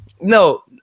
No